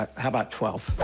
ah how about twelve?